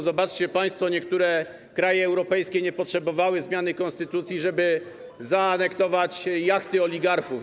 Zobaczcie państwo: niektóre kraje europejskie nie potrzebowały zmiany konstytucji, żeby zaanektować jachty oligarchów.